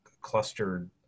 clustered